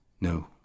No